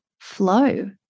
flow